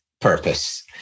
purpose